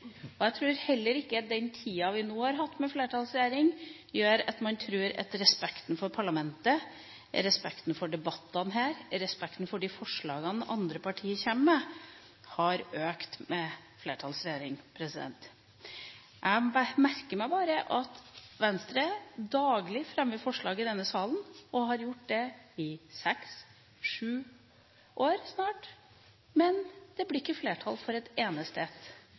har gjort at respekten for parlamentet, respekten for debattene her og respekten for de forslagene andre partier kommer med, har økt. Jeg merker meg bare at Venstre daglig fremmer forslag i denne salen, og har gjort det i sju år snart, men det blir ikke flertall for et eneste ett. Jeg nekter å tro at alle forslagene man har fremmet på vegne av et